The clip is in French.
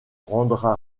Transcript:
rendra